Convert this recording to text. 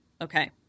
Okay